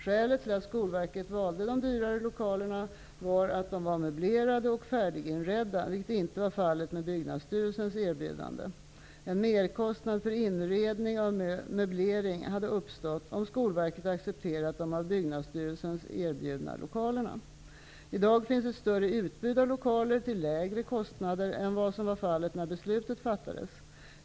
Skälet till att Skolverket valde de dyrare lokalerna var att de var möblerade och färdiginredda, vilket inte var fallet med lokalerna i Byggnadsstyrelsens erbjudande. En merkostnad för inredning och möblering hade uppstått om Skolverket accepterat de av Byggnadsstyrelsen erbjudna lokalerna. I dag finns ett större utbud av lokaler till lägre kostnad än som var fallet när beslutet fattades.